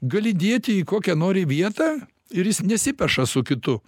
gali dėti į kokią nori vietą ir jis nesipeša su kitu